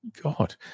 god